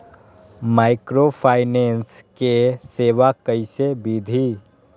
Microfinance के सेवा कइसे विधि?